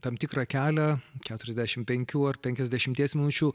tam tikrą kelią keturiasdešimt penkių ar penkiasdešimties minučių